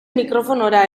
mikrofonora